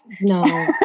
no